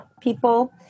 people